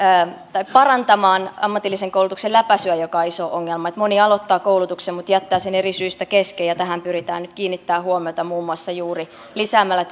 tai parantamaan ammatillisen koulutuksen läpäisyä joka on iso ongelma moni aloittaa koulutuksen mutta jättää sen eri syistä kesken ja tähän pyritään nyt kiinnittämään huomiota muun muassa juuri lisäämällä